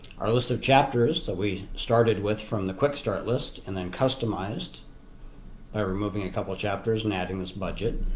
our list of chapters that we started with from the quick start list and then customized by removing a couple chapters and adding this budget.